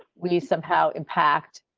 we somehow impact.